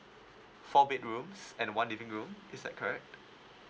four bedrooms and one living room is that correct